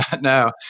No